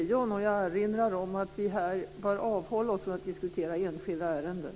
Jag erinrar om att vi här bör avhålla oss från att diskutera enskilda ärenden.